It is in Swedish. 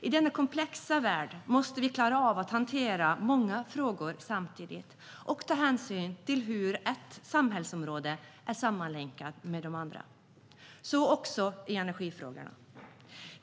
I denna komplexa värld måste vi klara av att hantera många frågor samtidigt och ta hänsyn till hur ett samhällsområde är sammanlänkat med ett annat, så också i energifrågorna.